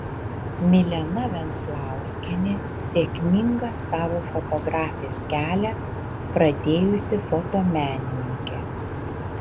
milena venclauskienė sėkmingą savo fotografės kelią pradėjusi fotomenininkė